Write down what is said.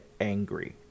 angry